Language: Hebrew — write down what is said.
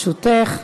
לרשותך.